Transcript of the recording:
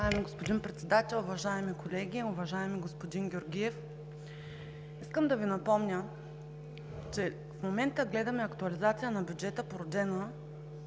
Уважаеми господин Председател, уважаеми колеги, уважаеми господин Георгиев! Искам да Ви напомня, че в момента гледаме актуализация на бюджета, породена,